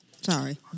sorry